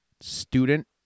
student